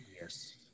Yes